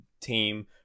team